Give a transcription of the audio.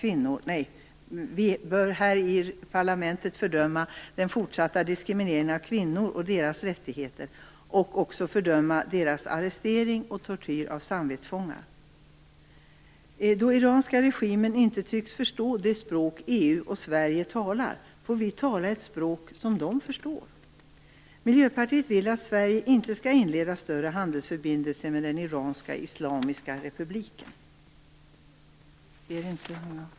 Vi bör här i parlamentet fördöma den fortsatta diskrimineringen av kvinnor och deras rättigheter. Vi bör också fördöma arresteringar och tortyr av samvetsfångar. Då den iranska regimen inte tycks förstå det språk EU och Sverige talar, får vi tala ett språk som de förstår. Miljöpartiet vill att Sverige inte skall inleda större handelsförbindelser med den iranska islamiska republiken.